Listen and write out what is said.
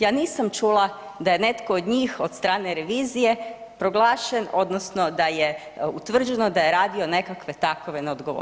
Ja nisam čula da je netko od njih, od strane revizije proglašen odnosno da je utvrđeno da je radio nekakve takve neodgovornosti.